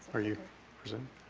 are you presenting?